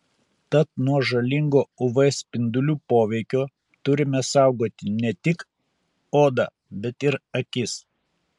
tad nuo žalingo uv spindulių poveikio turime saugoti ne tik odą bet ir akis